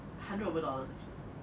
hundred over dollars S_G_D